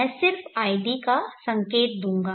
मैं सिर्फ id का संकेत दूंगा